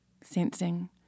sensing